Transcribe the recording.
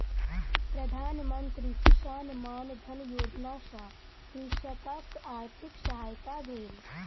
प्रधान मंत्री किसान मानधन योजना सॅ कृषकक आर्थिक सहायता भेल